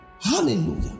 Hallelujah